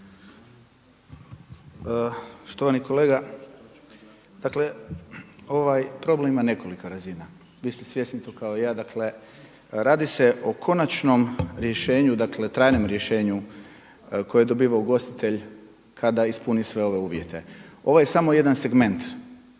Štovani kolega dakle ovaj problem ima nekoliko razina, vi ste svjesni tu kao i ja dakle, radi se o konačnom rješenju, dakle trajnom rješenju koje dobiva ugostitelj kada ispuni sve ove uvjete. Ovo je samo jedan segment